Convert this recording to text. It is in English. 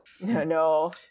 No